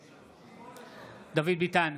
נגד דוד ביטן,